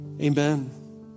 Amen